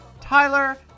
Tyler